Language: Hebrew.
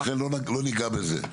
לכן לא ניגע בזה.